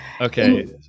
Okay